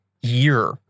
year